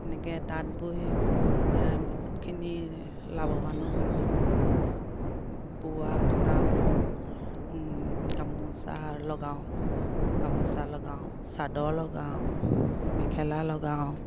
এনেকৈ তাঁত বৈ বহুতখিনি লাভৱানো পাইছোঁ মই বোৱা কটা কৰোঁ গামোচা লগাওঁ গামোচা লগাওঁ চাদৰ লগাওঁ মেখেলা লগাওঁ